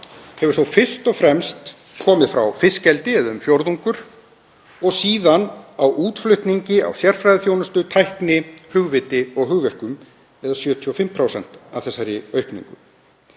hefur þó fyrst og fremst komið frá fiskeldi, eða um fjórðungur, og síðan frá útflutningi á sérfræðiþjónustu, tækni, hugviti og hugverkum, eða 75% af þessari aukningu.